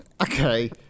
Okay